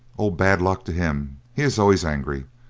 oh, bad luck to him, he is always angry.